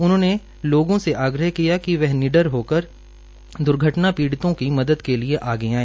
उन्होंने लोगों से आग्रह किया कि वह निडर होकर द्र्घटना पीड़ितों की मदद के लिए आगे आए